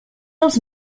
els